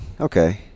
okay